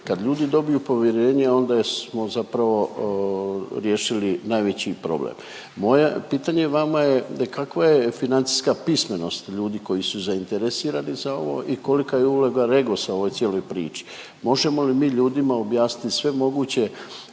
Kad ljudi dobiju povjerenje onda smo zapravo riješili najveći problem. Moje pitanje vama je kakva je financijska pismenost ljudi koji su zainteresirani za ovo i kolika je uloga REGOS-a u ovoj cijeloj priči? Možemo li mi ljudima objasniti sve moguće